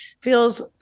feels